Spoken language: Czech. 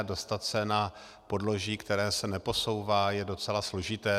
Dostat se na podloží, které se neposouvá, je docela složité.